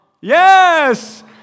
Yes